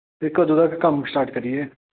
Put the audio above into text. इक्क दौ दिन बाद कम्म स्टार्ट करियै